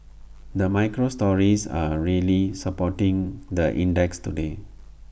the micro stories are really supporting the index today